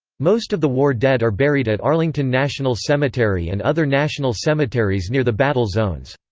most of the war dead are buried at arlington national cemetery and other national cemeteries near the battle zones.